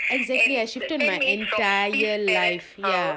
exactly I shifted my entire life ya